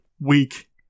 weak